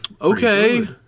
okay